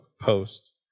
post